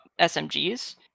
SMGs